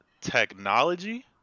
technology